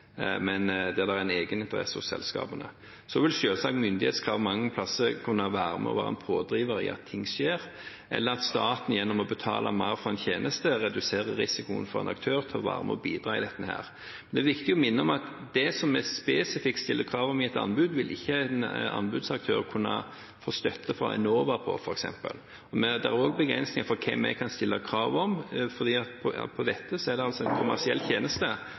men der det er en egeninteresse hos selskapene. Så vil selvsagt myndighetskrav mange steder kunne være en pådriver for at ting skjer, eller at staten gjennom å betale mer for en tjeneste reduserer risikoen for en aktør til å være med på å bidra når det gjelder dette. Det er viktig å minne om at det som vi spesifikt stiller krav om i et anbud, vil ikke en anbudsaktør kunne få støtte til, f.eks. fra Enova. Det er også begrensninger for hva vi kan stille krav om, fordi dette er altså en tjeneste der vi kjøper en tilleggstjeneste, som altså er kystruten. Jeg har følgende spørsmål til samferdselsministeren: «Ifølge en